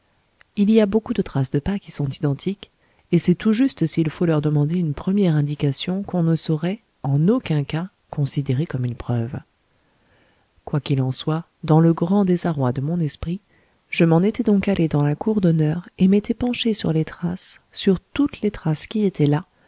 il y a beaucoup de traces de pas qui sont identiques et c'est tout juste s'il faut leur demander une première indication qu'on ne saurait en aucun cas considérer comme une preuve quoi qu'il en soit dans le grand désarroi de mon esprit je m'en étais donc allé dans la cour d'honneur et m'étais penché sur les traces sur toutes les traces qui étaient là